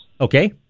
okay